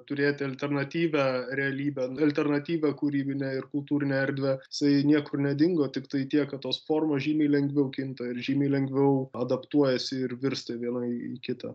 turėti alternatyvią realybę alternatyvią kūrybinę ir kultūrinę erdvę jisai niekur nedingo tiktai tiek kad tos formos žymiai lengviau kinta ir žymiai lengviau adaptuojasi ir virsta viena į kitą